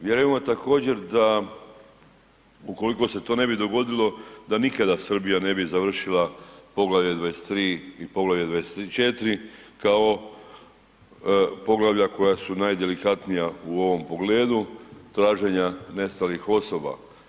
Vjerujemo također da ukoliko se to ne bi dogodilo da nikada Srbija ne bi završila Poglavlje 23. i Poglavlje 24. kao poglavlja koja su najdelikatnija u ovom pogledu traženja nestalih osoba.